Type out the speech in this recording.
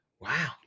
wow